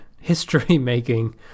history-making